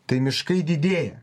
tai miškai didėja